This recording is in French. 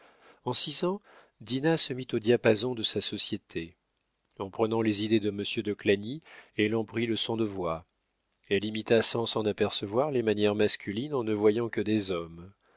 en six ans dinah se mit au diapason de sa société en prenant les idées de monsieur de clagny elle en prit le son de voix elle imita sans s'en apercevoir les manières masculines en ne voyant que des hommes